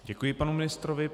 Děkuji panu ministrovi.